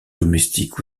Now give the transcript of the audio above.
domestiques